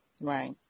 Right